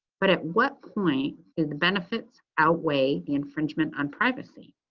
but at what point is the benefits outweigh the infringement on privacy.